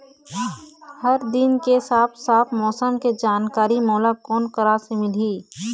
हर दिन के साफ साफ मौसम के जानकारी मोला कोन करा से मिलही?